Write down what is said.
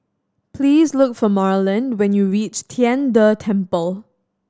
please look for Marland when you reach Tian De Temple